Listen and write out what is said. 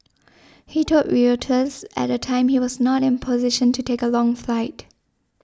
he told Reuters at the time he was not in a position to take a long flight